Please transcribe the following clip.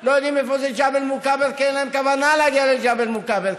ולא יודעים איפה זה ג'בל מוכבר כי אין להם כוונה להגיע לג'בל מוכבר,